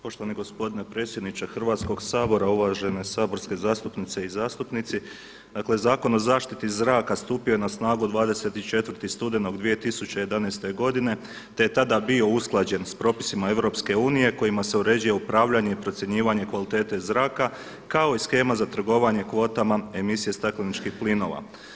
Poštovani gospodine predsjedniče Hrvatskog sabora, uvažene saborske zastupnice i zastupnici, dakle Zakon o zaštiti zraka stupio je na snagu 24. studenog 2011. godine, te je tada bio usklađen sa propisima EU kojima se uređuje upravljanje i procjenjivanje kvalitete zraka kao i shema za trgovanje kvotama, emisije stakleničkih plinova.